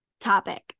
topic